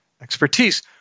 expertise